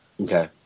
Okay